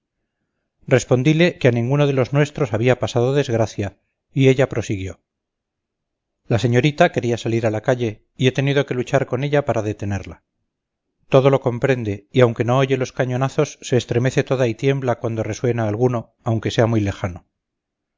respondile que a ninguno de los nuestros había pasado desgracia y ella prosiguió la señorita quería salir a la calle y he tenido que luchar con ella para detenerla todo lo comprende y aunque no oye los cañonazos se estremece toda y tiembla cuando resuena alguno aunque sea muy lejano